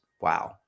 Wow